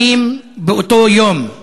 והולדת האדון המשיח, באים באותו יום.